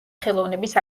ხელოვნების